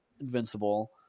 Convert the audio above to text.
Invincible